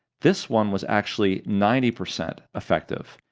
this one was actually ninety percent effective,